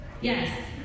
Yes